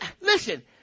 listen